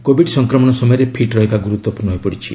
Covid ସଂକ୍ରମଣ ସମୟରେ fit ରହିବା ଗୁରୁତ୍ୱପୂର୍ଣ୍ଣ ହୋଇପଡ଼ିଛି